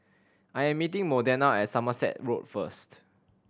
I am meeting Modena at Somerset Road first